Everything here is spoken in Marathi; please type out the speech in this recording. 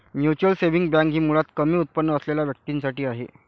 म्युच्युअल सेव्हिंग बँक ही मुळात कमी उत्पन्न असलेल्या व्यक्तीं साठी आहे